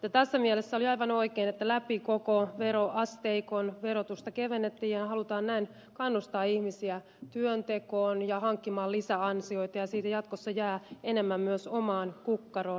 tässä mielessä oli aivan oikein että läpi koko veroasteikon verotusta kevennettiin ja halutaan näin kannustaa ihmisiä työntekoon ja hankkimaan lisäansioita ja siitä jatkossa jää enemmän myös omaan kukkaroon